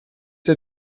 der